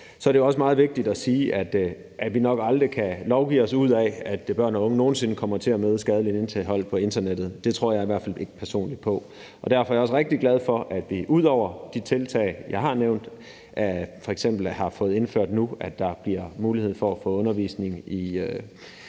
– er det jo også meget vigtigt at sige, at vi nok aldrig kan lovgive os ud af det, sådan at børn og unge aldrig nogen sinde kommer til at møde skadeligt indhold på internettet. Det tror jeg i hvert fald personligt ikke på. Derfor er jeg også rigtig glad for, at vi ud over de tiltag, jeg har nævnt, f.eks. nu har fået indført, at der bliver mulighed for at få undervisning i